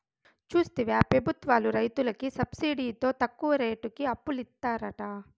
చూస్తివా పెబుత్వాలు రైతులకి సబ్సిడితో తక్కువ రేటుకి అప్పులిత్తారట